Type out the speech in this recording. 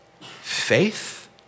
faith